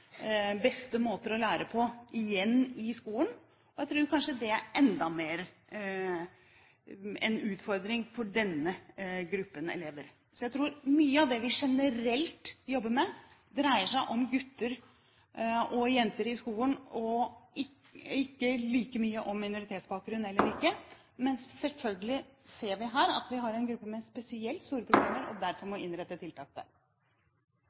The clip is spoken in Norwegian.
beste måter å lære på i skolen, kanskje enda mer er en utfordring for denne gruppen elever. Jeg tror mye av det vi generelt jobber med, dreier seg om gutter og jenter i skolen, og ikke like mye om minoritetsbakgrunn eller ikke , men selvfølgelig ser vi her at vi har en gruppe med spesielt store problemer og derfor må rette inn tiltak der.